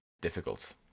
difficult